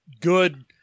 good